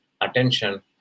attention